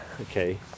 okay